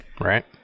right